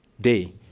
day